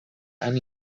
han